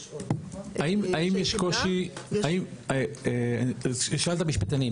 אני אשאל את המשפטנים,